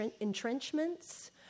entrenchments